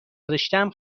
رشتهام